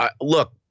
Look